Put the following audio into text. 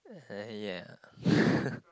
uh yeah